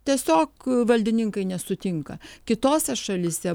tiesiog valdininkai nesutinka kitose šalyse